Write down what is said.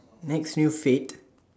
next few fad